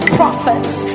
prophets